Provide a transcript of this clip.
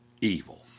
evil